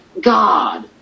God